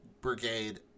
brigade